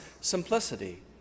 simplicity